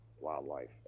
wildlife